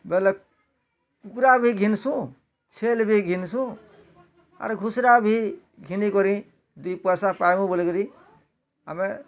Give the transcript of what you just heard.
ବେଲେ କୁକୁଡ଼ା ବି ଘିନସୁ ଛେଲ୍ ବି ଘିନସୁ ଆର ଘୁଷୁରା ବି ଘିନି କରି ଦୁଇ ପଇସା ପାଇବୁ ବୋଲିକରି ଆମେ